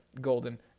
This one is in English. Golden